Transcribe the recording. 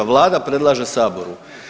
Vlada predlaže saboru.